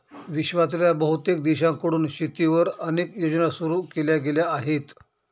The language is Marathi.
विश्वातल्या बहुतेक देशांकडून शेतीवर अनेक योजना सुरू केल्या गेल्या आहेत